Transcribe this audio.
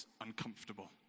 uncomfortable